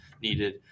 needed